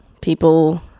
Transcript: people